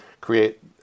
create